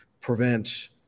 prevent